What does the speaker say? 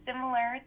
Similar